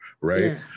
right